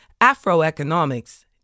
Afroeconomics